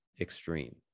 extreme